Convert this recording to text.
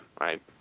right